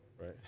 right